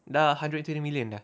dah hundred and twenty million dah